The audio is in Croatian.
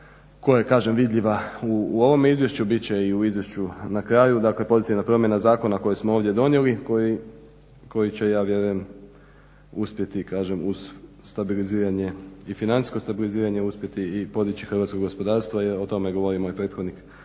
kažem vidljiva u ovome izvješću, bit će i u izvješću na kraju. Dakle, pozitivna promjena zakona koji smo ovdje donijeli koji će ja vjerujem uspjeti kažem uz financijsko stabiliziranje uspjeti i podići hrvatsko gospodarstvo. O tome je govorio moj prethodnik